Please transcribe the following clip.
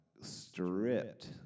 stripped